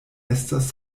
estas